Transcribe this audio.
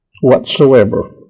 whatsoever